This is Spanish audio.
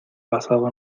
pasado